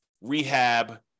rehab